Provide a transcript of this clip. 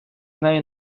нею